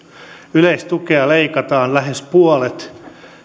yleistukea leikataan lähes puolet